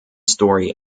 story